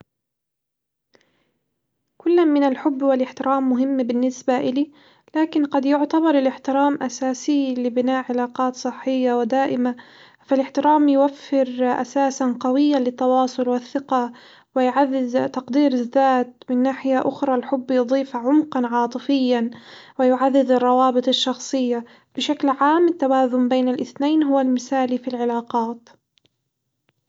كلًا من الحب والاحترام مهم بالنسبة إلي، لكن قد يعتبر الاحترام أساسي لبناء علاقات صحية ودائمة، فالاحترام يوفر أساسًا قويًا للتواصل والثقة، ويعزز تقدير الذات من ناحية أخرى الحب يضيف عمقا عاطفيًا ويعزز الروابط الشخصية، بشكل عام التوازن بين الاثنين هو المثالي في العلاقات.